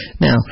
Now